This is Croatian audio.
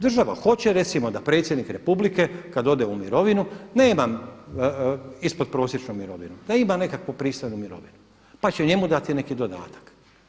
Država hoće recimo da Predsjednik Republike kad ode u mirovinu nema ispod prosječnu mirovinu, da ima nekakvu pristojnu mirovinu, pa će njemu dati neki dodatak.